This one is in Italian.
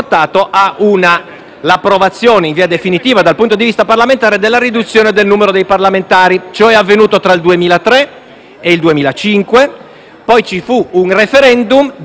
all'approvazione in via definitiva dal punto di vista parlamentare della riduzione del numero dei parlamentari tra il 2003 e il 2005. Poi ci fu un *referendum*, con